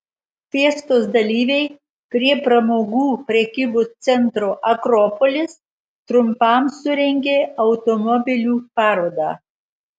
fiestos dalyviai prie pramogų prekybos centro akropolis trumpam surengė automobilių parodą